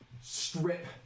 strip